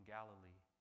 Galilee